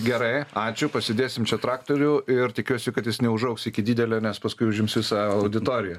gerai ačiū pasidėsim čia traktorių ir tikiuosi kad jis neužaugs iki didelio nes paskui užims visą auditoriją